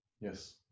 Yes